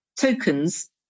tokens